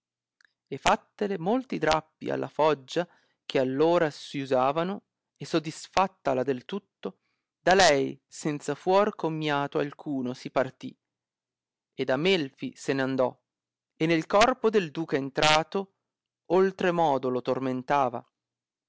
e fattele molti drappi alla foggia che all ora si usavano e sodisfattala del tutto da lei senza fuor commiato alcuno si partì ed a melfi se n andò e nel corpo del duca entrato oltre modo lo tormentava